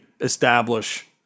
establish